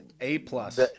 A-plus